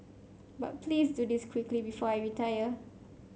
but please do this quickly before I retire